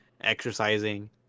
exercising